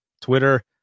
Twitter